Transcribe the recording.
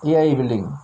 E_I building